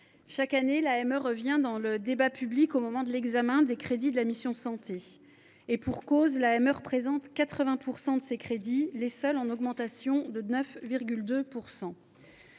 chaque année, l’AME revient dans le débat public au moment de l’examen des crédits de la mission « Santé ». Et pour cause : l’AME représente 80 % de ces crédits et les seuls en augmentation,